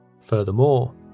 Furthermore